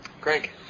Greg